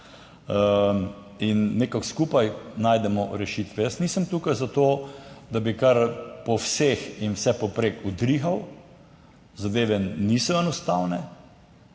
in nekako skupaj najdemo rešitve. Jaz nisem tukaj zato, da bi kar po vseh in vse povprek udrihal, zadeve niso enostavne,